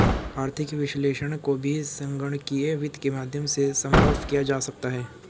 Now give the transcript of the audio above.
आर्थिक विश्लेषण को भी संगणकीय वित्त के माध्यम से सम्भव किया जा सकता है